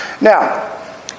Now